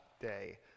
day